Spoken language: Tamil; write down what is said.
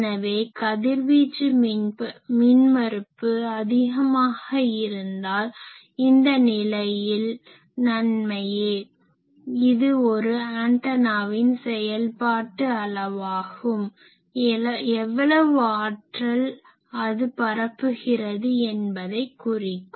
எனவே கதிர்வீச்சு மின்மறுப்பு அதிகமாக இருந்தால் இந்த நிலையில் நன்மையே இது ஒரு ஆன்டனாவின் செயல்பாட்டு அளவாகும் எவ்வளவு ஆற்றல் அது பரப்புகிறது என்பதை குறிக்கும்